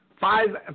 five